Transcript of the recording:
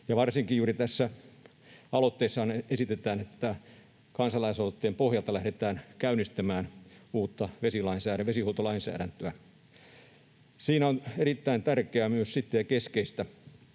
varsinkin juuri esitetään, että kansalaisaloitteen pohjalta lähdetään käynnistämään uutta vesihuoltolainsäädäntöä. Siinä on myös erittäin tärkeää ja keskeistä,